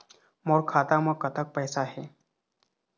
मोर खाता म कतक पैसा हे?